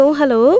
hello